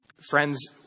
Friends